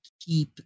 keep